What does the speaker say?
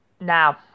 Now